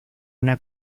una